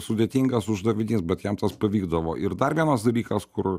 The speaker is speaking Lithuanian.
sudėtingas uždavinys bet jam tas pavykdavo ir dar vienas dalykas kur